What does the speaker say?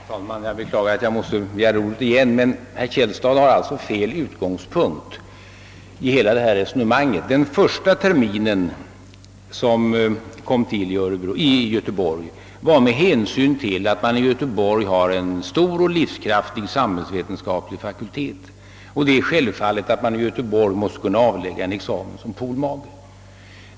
Herr talman! Jag beklagar att jag måste begära ordet igen, men herr Källstad har fel utgångspunkt för sitt resonemang. Anledningen till att man förlade undervisningen under första terminen till Göteborg var att man där har en stor och livskraftig samhällsvetenskaplig fakultet och det är självklart att man i Göteborg måste kunna avlägga en examen som politices magister.